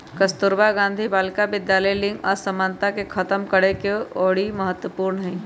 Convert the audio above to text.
कस्तूरबा गांधी बालिका विद्यालय लिंग असमानता के खतम करेके ओरी महत्वपूर्ण हई